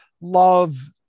love